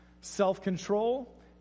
self-control